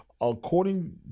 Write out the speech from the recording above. According